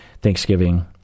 Thanksgiving